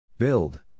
Build